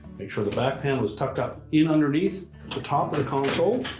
make sure the back panel is tucked up in underneath the top of the console.